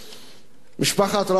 משפחת רבין היקרה,